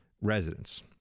residents